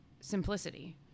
simplicity